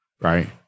Right